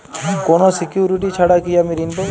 কোনো সিকুরিটি ছাড়া কি আমি ঋণ পাবো?